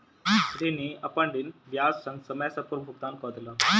ऋणी, अपन ऋण ब्याज संग, समय सॅ पूर्व भुगतान कय देलक